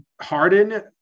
Harden